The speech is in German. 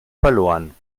verloren